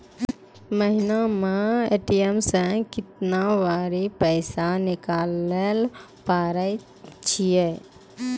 महिना मे ए.टी.एम से केतना बेरी पैसा निकालैल पारै छिये